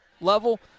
level